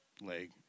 leg